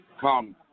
come